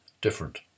different